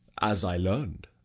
as i learn'd,